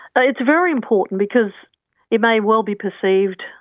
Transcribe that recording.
ah it's very important because it may well be perceived,